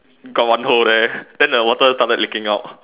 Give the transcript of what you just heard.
got one hole there then the water started leaking out